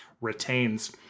retains